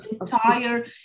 entire